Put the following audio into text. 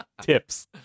Tips